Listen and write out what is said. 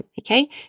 okay